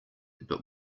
but